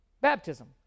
Baptism